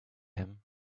him